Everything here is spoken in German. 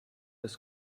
des